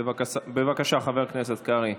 בבקשה, חבר הכנסת קרעי,